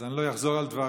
אז אני לא אחזור על דבריו.